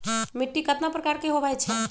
मिट्टी कतना प्रकार के होवैछे?